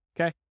Okay